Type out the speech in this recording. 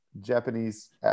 Japanese